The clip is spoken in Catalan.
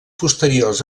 posteriors